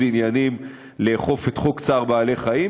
עניינים לאכוף את חוק צער בעלי-חיים,